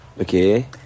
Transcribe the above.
Okay